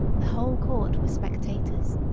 the whole court were spectators.